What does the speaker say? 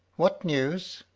what news?